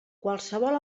qualsevol